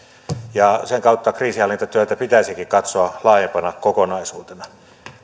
sen kautta kriisinhallintatyötä pitäisikin katsoa laajempana kokonaisuutena